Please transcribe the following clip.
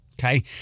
Okay